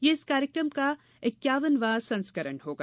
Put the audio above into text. यह इस कार्यक्रम का इक्यावन वा संस्करण होगा